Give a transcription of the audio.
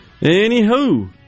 anywho